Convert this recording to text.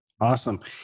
Awesome